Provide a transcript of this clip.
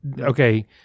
Okay